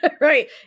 right